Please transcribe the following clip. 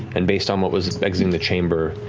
and based on what was exiting the chamber,